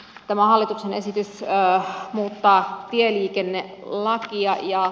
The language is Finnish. tämä hallituksen esitys muuttaa tieliikennelakia